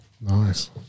Nice